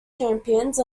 champions